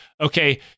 okay